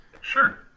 Sure